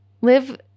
live